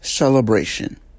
celebration